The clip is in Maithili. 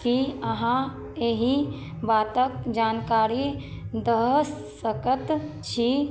की अहाँ एहि बातक जानकारी दए सकैत छी